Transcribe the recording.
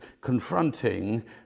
confronting